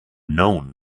known